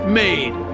made